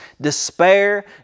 despair